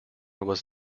was